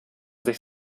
sich